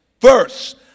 first